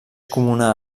comuna